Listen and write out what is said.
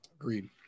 Agreed